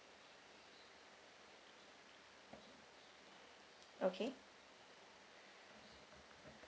okay